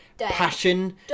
passion